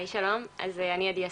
שלום, אני עדי אסף.